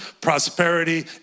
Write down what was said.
prosperity